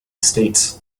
states